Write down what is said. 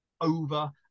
over